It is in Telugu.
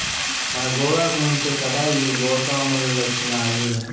మన గోగాకు నుంచే కదా ఈ గోతాములొచ్చినాయి